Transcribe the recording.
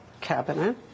cabinet